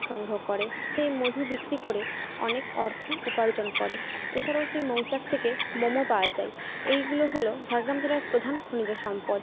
সংগ্রহ করে সেই মধু বিক্রি করে অনেক অর্থ উপার্জন করে এছাড়াও সেই মৌচাক থেকে মোমও পাওয়া যায় এইগুলো হল ঝাড়গ্রাম জেলার প্রধান খনিজ সম্পদ